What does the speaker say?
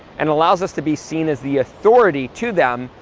and allows us to be seen as the authority to them,